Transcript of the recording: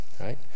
Right